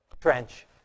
trench